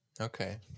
Okay